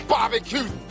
Barbecue